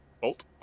bolt